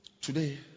Today